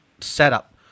setup